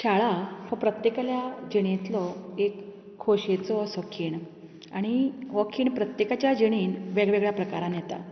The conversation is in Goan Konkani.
शाळा हो प्रत्येकाल्या जिणेंतलो एक खोशयेचो असो खीण आणी हो खीण प्रत्येकाच्या जिणेंत वेगवेगळ्या प्रकारान येता